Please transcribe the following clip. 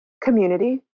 Community